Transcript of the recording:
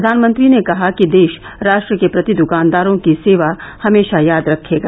प्रधानमंत्री ने कहा कि देश राष्ट्र के प्रति दुकानदारों की सेवा हमेशा याद रखेगा